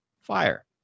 fire